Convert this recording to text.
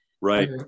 Right